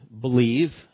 believe